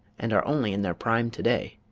and are only in their prime today.